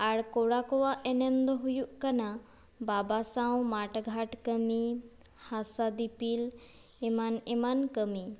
ᱟᱨ ᱠᱚᱲᱟ ᱠᱚᱣᱟᱜ ᱮᱱᱮᱢ ᱫᱚ ᱦᱩᱭᱩᱜ ᱠᱟᱱᱟ ᱵᱟᱵᱟ ᱥᱟᱶ ᱢᱟᱴ ᱜᱷᱟᱴ ᱠᱟᱹᱢᱤ ᱦᱟᱥᱟ ᱫᱤᱯᱤᱞ ᱮᱢᱟᱱ ᱮᱢᱟᱱ ᱠᱟᱹᱢᱤ